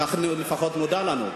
כך לפחות נודע לנו.